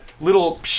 Little